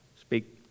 Speak